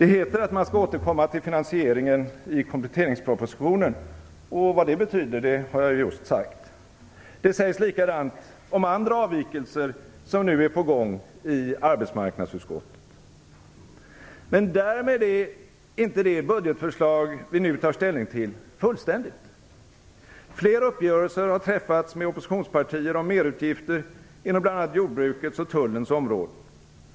Det heter att man skall återkomma till finansieringen i kompletteringspropositionen - och vad det betyder har jag just sagt - och det sägs likadant om andra avvikelser som nu är på gång i arbetsmarknadsutskottet. Men därmed är inte det budgetförslag vi nu tar ställning till fullständigt. Flera uppgörelser har träffats med oppositionspartier om merutgifter inom bl.a. jordbrukets och tullens områden.